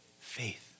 Faith